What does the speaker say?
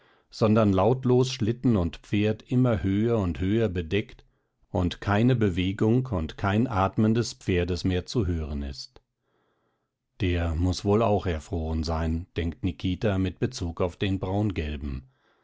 sondern lautlos schlitten und pferd immer höher und höher bedeckt und keine bewegung und kein atmen des pferdes mehr zu hören ist der muß wohl auch erfroren sein denkt nikita mit bezug auf den